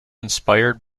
inspired